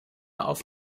auf